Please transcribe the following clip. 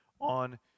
on